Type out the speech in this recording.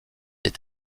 est